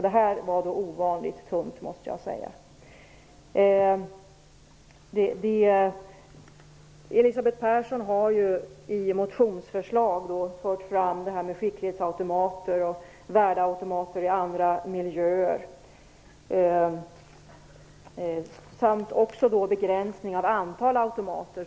Det här var då ovanligt tunt, måste jag säga. Elisabeth Persson har i motioner fört fram förslag om skicklighetsautomater och värdeautomater i andra miljöer och förslag om begränsning av antalet automater.